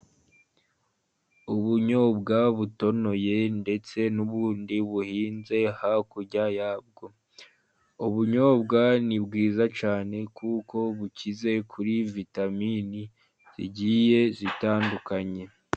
Ubunyobwa butonoye ndetse n'ubundi buhinze hakurya yabwo, ubunyobwa ni bwiza cyane kuko bukize kuri vitaminini zigiye zitandukanye.